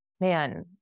man